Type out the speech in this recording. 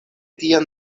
tiam